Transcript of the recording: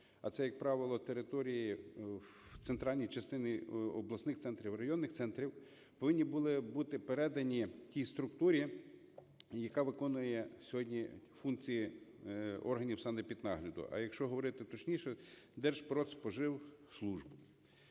а це, як правило, території в центральній частині обласних центрів і районних центрів, повинні були бути передані тій структурі, яка виконує сьогодні функції органів санепіднагляду, а я якщо говорити точніше, Держпродспоживслужби.